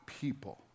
people